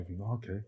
Okay